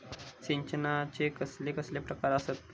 सिंचनाचे कसले कसले प्रकार आसत?